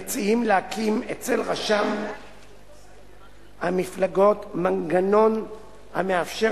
המציעים להקים אצל רשם המפלגות מנגנון המאפשר